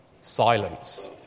Silence